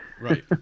Right